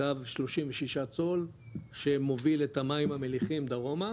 קו 36 צול שמוביל את המים המליחים דרומה,